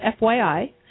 FYI